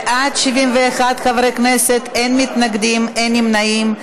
בעד, 71 חברי כנסת, אין מתנגדים, אין נמנעים.